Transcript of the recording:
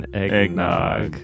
eggnog